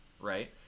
Right